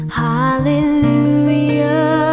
hallelujah